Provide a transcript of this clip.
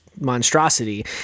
monstrosity